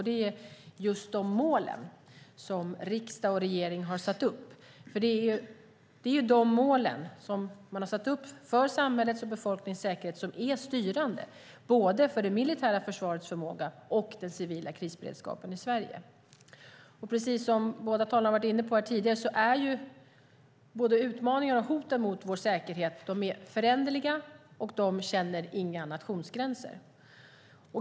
Det är just de mål som riksdag och regering har satt upp, för det är ju de mål som man har satt upp för samhällets och befolkningens säkerhet som är styrande både för det militära försvarets förmåga och för den civila krisberedskapen i Sverige. Precis som båda talarna har varit inne på är både utmaningarna och hoten mot vår säkerhet föränderliga, och de känner inga nationsgränser.